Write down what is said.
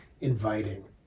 inviting